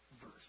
verse